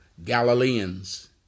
Galileans